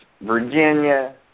Virginia